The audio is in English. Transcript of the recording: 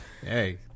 Hey